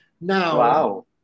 Now